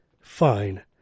fine